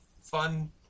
fun